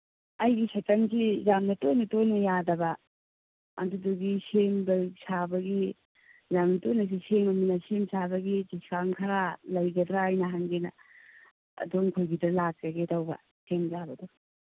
ꯑꯩꯒꯤ ꯁꯥꯏꯀꯜꯁꯤ ꯌꯥꯝꯅ ꯇꯣꯏꯅ ꯇꯣꯏꯅ ꯌꯥꯗꯕ ꯑꯗꯨꯗꯨꯒꯤ ꯁꯦꯝꯕ ꯁꯥꯕꯒꯤ ꯌꯥꯝ ꯇꯣꯏꯅꯁꯨ ꯁꯦꯝꯃꯕꯅꯤꯅ ꯁꯦꯝꯕ ꯁꯥꯕꯒꯤ ꯗꯤꯁꯀꯥꯎꯟ ꯈꯔ ꯂꯩꯒꯗ꯭ꯔꯥ ꯍꯥꯏꯅ ꯍꯪꯒꯦꯅ ꯑꯗꯨꯝ ꯅꯈꯣꯏꯒꯤꯗ ꯂꯥꯛꯆꯒꯦ ꯇꯧꯕ ꯁꯦꯝꯖꯕꯗꯣ